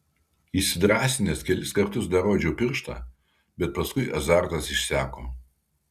įsidrąsinęs kelis kartus dar rodžiau pirštą bet paskui azartas išseko